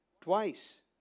twice